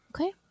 okay